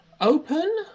open